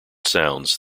sounds